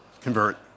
convert